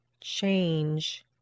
change